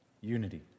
unity